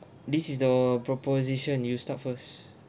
this is the proposition you start first